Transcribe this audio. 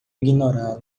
ignorá